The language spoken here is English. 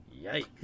yikes